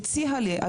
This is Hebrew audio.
את שיא האלימות.